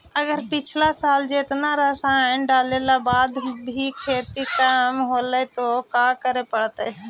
अगर पिछला साल जेतना रासायन डालेला बाद भी खेती कम होलइ तो का करे पड़तई?